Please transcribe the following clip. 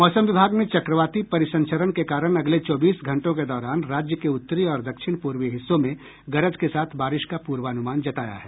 मौसम विभाग ने चक्रवाती परिसंचरण के कारण अगले चौबीस घंटों के दौरान राज्य के उत्तरी और दक्षिण पूर्वी हिस्सों में गरज के साथ बारिश का पूर्वानुमान जताया है